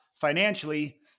financially